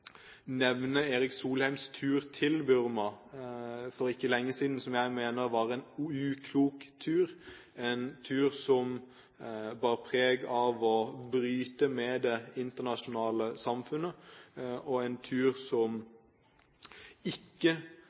nevne Erik Solheims tur til Burma for ikke lenge siden, som jeg mener var en uklok tur. Det var en tur som bar preg av å bryte med det internasjonale samfunnet, en tur der Solheim ikke